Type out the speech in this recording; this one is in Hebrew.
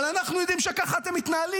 אבל אנחנו יודעים שככה אתם מתנהלים,